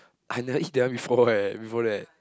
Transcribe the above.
I never eat that one before eh before that